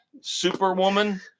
superwoman